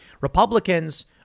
Republicans